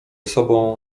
sobą